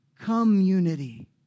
community